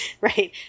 right